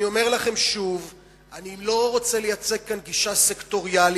אני אומר לכם שוב שאני לא רוצה לייצג כאן גישה סקטוריאלית.